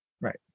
Right